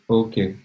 okay